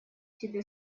тебе